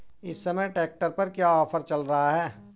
इस समय ट्रैक्टर पर क्या ऑफर चल रहा है?